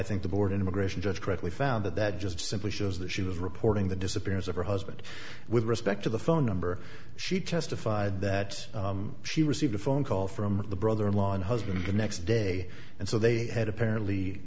think the board an immigration judge correctly found that that just simply shows that she was reporting the disappearance of her husband with respect to the phone number she testified that she received a phone call from the brother in law and husband the next day and so they had apparently